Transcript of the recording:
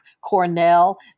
Cornell